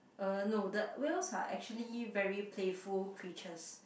uh no the whales are actually very playful creatures